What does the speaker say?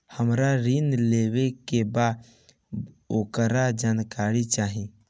हमरा ऋण लेवे के बा वोकर जानकारी चाही